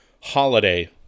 holiday